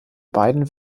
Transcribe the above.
beiden